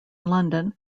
london